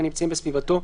הנמצאים בסביבתו,